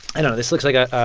i know this looks like a